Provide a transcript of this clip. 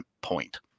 point